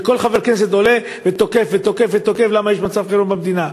וכל חבר כנסת עולה ותוקף ותוקף ותוקף למה יש מצב חירום במדינה.